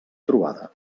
trobada